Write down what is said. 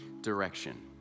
direction